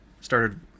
started